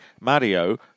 Mario